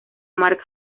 mark